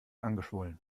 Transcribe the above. angeschwollen